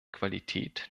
qualität